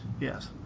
yes